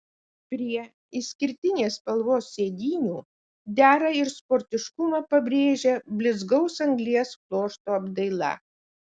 prie išskirtinės spalvos sėdynių dera ir sportiškumą pabrėžia blizgaus anglies pluošto apdaila